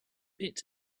bit